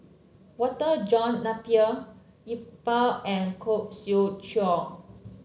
Walter John Napier Iqbal and Khoo Swee Chiow